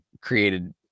created